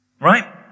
right